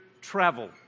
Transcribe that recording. travel